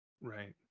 Right